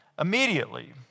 Immediately